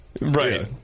Right